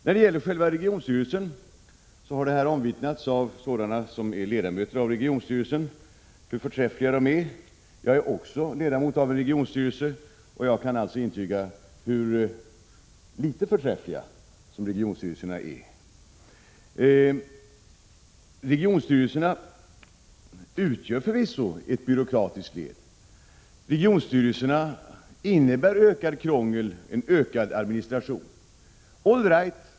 När det gäller själva regionstyrelsen har det här omvittnats av ledamöter i regionstyrelser hur förträffliga de är. Jag är också ledamot av en regionstyrelse, och jag kan alltså intyga hur litet förträffliga regionstyrelserna är. Regionstyrelserna utgör förvisso ett byråkratiskt led. De innebär ökat krångel och ökad administration.